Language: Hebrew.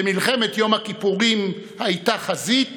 במלחמת יום הכיפורים הייתה חזית